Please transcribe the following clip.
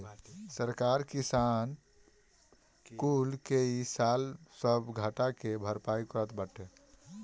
सरकार किसान कुल के इ साल सब घाटा के भरपाई करत बाटे